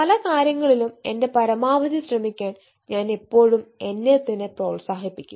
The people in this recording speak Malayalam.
പല കാര്യങ്ങളിലും എന്റെ പരമാവധി ശ്രമിക്കാൻ ഞാൻ എപ്പോഴും എന്നെത്തന്നെ പ്രോത്സാഹിപ്പിക്കും